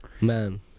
Man